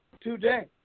today